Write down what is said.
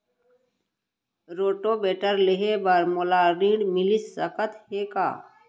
Rotavator लेहे बर मोला ऋण मिलिस सकत हे का?